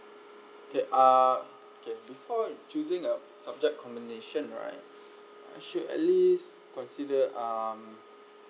okay uh okay before you choosing a subject combination right I should at least consider um